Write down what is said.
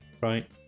Right